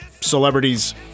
celebrities